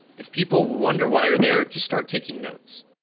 if people wonder why you're there, just start taking notes.